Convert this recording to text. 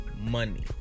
money